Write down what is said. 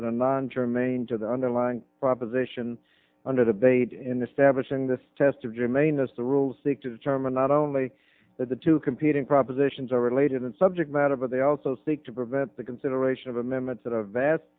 that are non germane to the underlying proposition under the bait in the stablish and the test of germane as the rules seek to determine not only that the two competing propositions are related and subject matter but they also seek to prevent the consideration of amendments that are vast